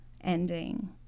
ending